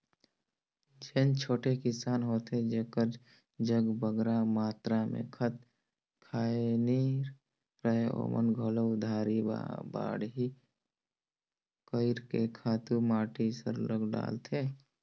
जेन छोटे किसान होथे जेकर जग बगरा मातरा में खंत खाएर नी रहें ओमन घलो उधारी बाड़ही कइर के खातू माटी सरलग डालथें